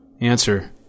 Answer